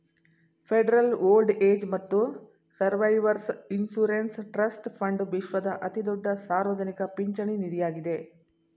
federal old age ಮತ್ತು survivors insurance trust fund ವಿಶ್ವದ ಅತಿದೊಡ್ಡ ಸಾರ್ವಜನಿಕ ಪಿಂಚಣಿ ನಿಧಿಯಾಗಿದ್ದೆ